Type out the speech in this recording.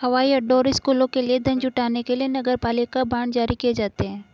हवाई अड्डों और स्कूलों के लिए धन जुटाने के लिए नगरपालिका बांड जारी किए जाते हैं